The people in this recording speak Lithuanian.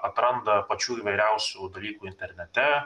atranda pačių įvairiausių dalykų internete